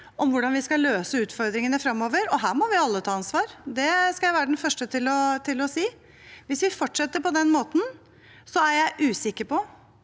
om hvordan vi skal løse utfordringene fremover – og her må vi alle ta ansvar, det skal jeg være den første til å si – hvis vi fortsetter på den måten, er jeg usikker på,